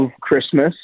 Christmas